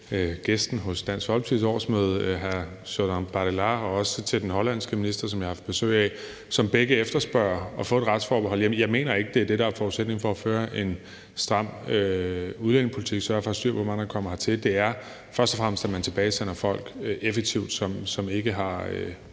til gæsten ved Dansk Folkepartis årsmøde, nemlig Jordan Bardella, og også til den hollandske minister, jeg har haft besøg af, som begge efterspørger at få et retsforbehold i hjemlandet. Jeg mener ikke, at det er det, der er forudsætningen for at føre en stram udlændingepolitik og for at sørge for at have styr på, hvor mange der kommer hertil; det er først og fremmest, at man effektivt tilbagesender folk, som ikke har